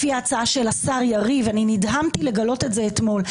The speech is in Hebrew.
לפי ההצעה של השר יריב, נדהמתי לגלות את זה אתמול,